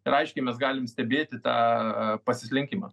ir aiškiai mes galim stebėti tą pasislinkimą